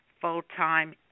full-time